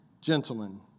gentlemen